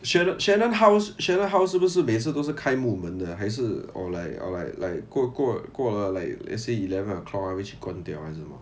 shannon shannon house shannon house 是不是每次都是开木门的还是 or like or like like 过过过了 like let's say eleven o'clock